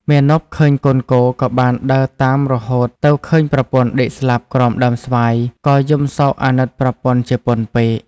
មាណពឃើញកូនគោក៏បានដើរតាមរហូតទៅឃើញប្រពន្ធដេកស្លាប់ក្រោមដើមស្វាយក៏យំសោកអាណិតប្រពន្ធជាពន់ពេក ។